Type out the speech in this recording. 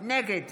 נגד